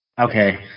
Okay